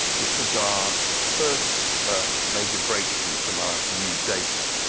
this was our first ah major breakthrough from our new data.